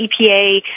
EPA